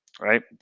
right